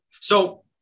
So-